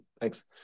Thanks